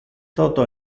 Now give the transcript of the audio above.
toto